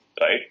right